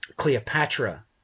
Cleopatra